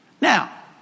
Now